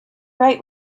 right